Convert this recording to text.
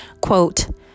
Quote